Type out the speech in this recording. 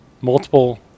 Multiple